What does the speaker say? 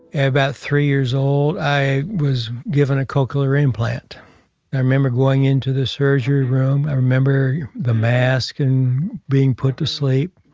about three years old, i was given a cochlear implant i remember going into the surgery room, i remember the mask and being put to sleep.